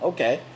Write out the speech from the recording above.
Okay